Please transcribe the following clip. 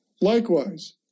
Likewise